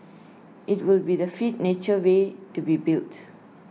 IT will be the fifth nature way to be built